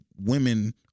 women